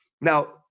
Now